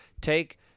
take